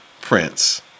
Prince